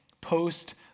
post